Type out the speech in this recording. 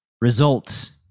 results